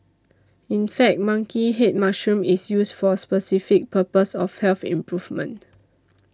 in fact monkey head mushroom is used for specific purpose of health improvement